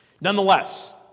Nonetheless